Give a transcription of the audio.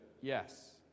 Yes